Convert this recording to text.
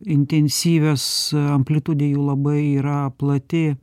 intensyvios amplitudė jų labai yra plati